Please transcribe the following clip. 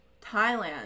thailand